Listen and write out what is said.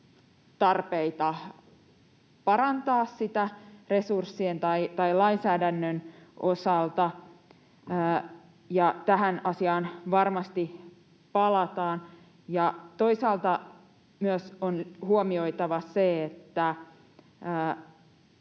tarpeita parantaa sitä resurssien tai lainsäädännön osalta, ja tähän asiaan varmasti palataan. Toisaalta myös on huomioitava ja